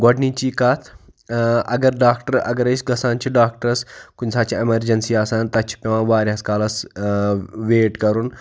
گۄڈنِچی کتھ اگر ڈاکٹر اَگَرے أسۍ گَژھان چھِ ڈاکٹرس کُنہ ساتہٕ چھِ ایٚمَرجنسی آسان تَتہ چھِ پیٚوان وارہَس کالَس ویٹ کَرُن